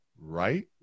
right